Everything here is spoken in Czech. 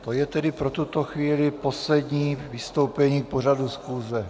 To je tedy pro tuto chvíli poslední vystoupení k pořadu schůze.